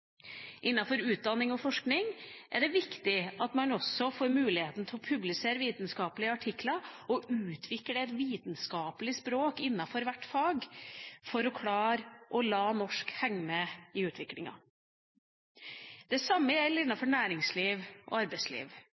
Innenfor utdanning og forskning er det viktig at man også får muligheten til å publisere vitenskapelige artikler og utvikle et vitenskapelig språk innenfor hvert fag for å klare å la norsk henge med i utviklingen. Det samme gjelder innenfor næringsliv og arbeidsliv.